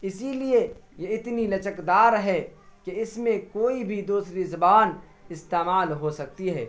اسی لیے یہ اتنی لچکدار ہے کہ اس میں کوئی بھی دوسری زبان استعمال ہو سکتی ہے